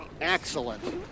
Excellent